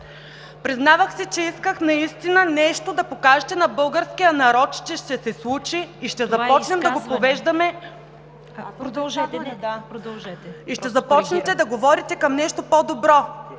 Признавам си, че исках наистина нещо да покажете на българския народ, че ще се случи и ще започнете да говорите към нещо по-добро.